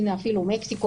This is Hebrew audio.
הנה מקסיקו,